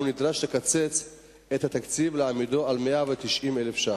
הוא נדרש לקצץ את התקציב ולהעמידו על 190,000 ש"ח.